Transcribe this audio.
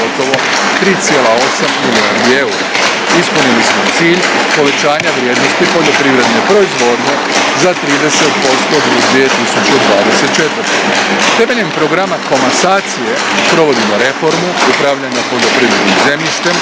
3,8 milijardi eura. Ispunili smo cilj povećanja vrijednosti poljoprivredne proizvodnje za 30% do 2024. Temeljem Programa komasacije provodimo reformu upravljanja poljoprivrednim zemljištem